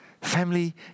Family